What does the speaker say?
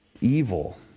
evil